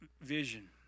vision